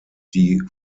die